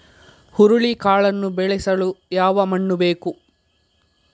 ಹುರುಳಿಕಾಳನ್ನು ಬೆಳೆಸಲು ಯಾವ ಮಣ್ಣು ಬೇಕು?